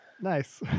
Nice